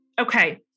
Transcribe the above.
Okay